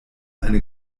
eine